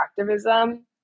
activism